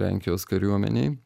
lenkijos kariuomenei